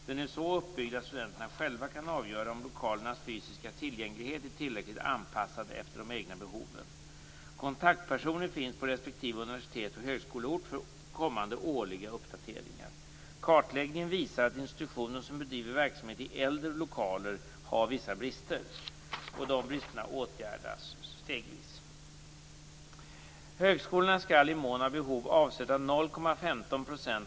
Den är så uppbyggd att studenter själva kan avgöra om lokalernas fysiska tillgänglighet är tillräckligt anpassad efter de egna behoven. Kontaktpersoner finns på respektive universitets och högskoleort för kommande årliga uppdateringar. Kartläggningen visar att institutioner som bedriver verksamheter i äldre lokaler har vissa brister. Dessa brister åtgärdas stegvis.